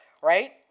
right